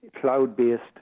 cloud-based